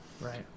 Right